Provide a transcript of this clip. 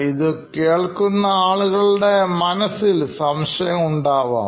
ഇത് കേൾക്കുന്ന ആളുകളുടെ മനസ്സിൽ സംശയങ്ങൾ ഉണ്ടാക്കാം